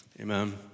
amen